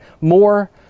More